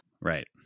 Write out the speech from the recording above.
Right